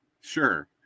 Sure